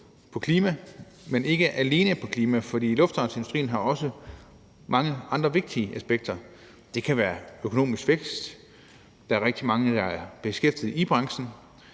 på klima, men ikke alene på klima, for luftfartsindustrien har også mange andre vigtige aspekter. Det kan være økonomisk vækst. Der er rigtig mange, der er beskæftiget i branchen.